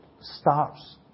starts